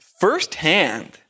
firsthand